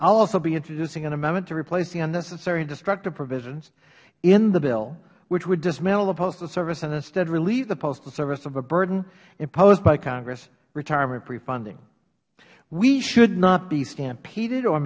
also be introducing an amendment to replace the unnecessary and destructive provisions in the bill which would dismantle the postal service and instead relieve the postal service of a burden imposed by congress retirement prefunding we should not be stampeded or